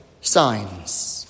signs